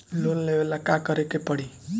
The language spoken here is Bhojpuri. लोन लेवे ला का करे के पड़ी?